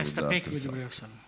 להסתפק בדברי השר.